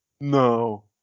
No